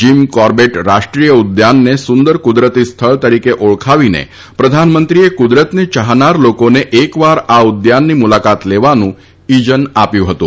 gym Corbett રાષ્ટ્રીય ઉદ્યાનને સુંદર કુદરતી સ્થળ તરીકે ઓળખાવીને પ્રધાનમંત્રીએ કુદરતને ચાહનાર લોકોને એકવાર આ આભાર નિહારીકા રવિયા ઉદ્યાનની મુલાકાત લેવાનું ઇજન આપ્યું હતું